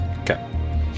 Okay